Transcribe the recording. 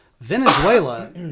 Venezuela